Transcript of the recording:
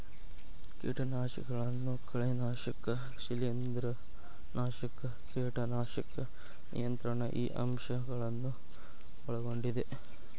ಕೇಟನಾಶಕಗಳನ್ನು ಕಳೆನಾಶಕ ಶಿಲೇಂಧ್ರನಾಶಕ ಕೇಟನಾಶಕ ನಿಯಂತ್ರಣ ಈ ಅಂಶ ಗಳನ್ನು ಒಳಗೊಂಡಿದೆ